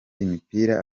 imipira